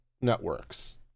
networks